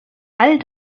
all